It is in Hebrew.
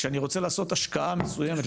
כשאני רוצה לעשות השקעה מסוימת,